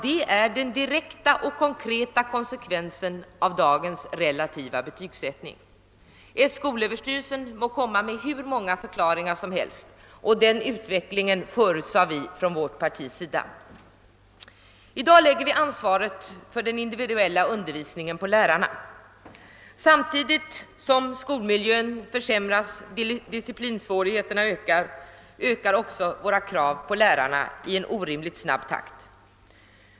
Det är den direkta och konkreta konsekvensen av dagens relativa betygsättning; skolöverstyrelsen må sedan ge hur många förklaringar som helst. Den utvecklingen förutsade vi från vårt parti. I dag lägger vi ansvaret för den individuella undervisningen på lärarna. Samtidigt som skolmiljön försämras och disciplinsvårigheterna stegras ökar också våra krav på lärarna i orimligt snabbt tempo.